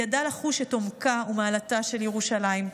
ידע לחוש את עומקה ומעלתה של ירושלים.